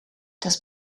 das